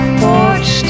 porch